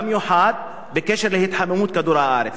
במיוחד בקשר להתחממות כדור-הארץ.